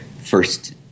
first